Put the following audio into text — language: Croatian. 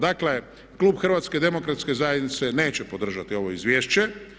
Dakle, klub HDZ-a neće podržati ovo izvješće.